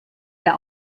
der